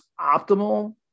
optimal